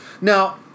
Now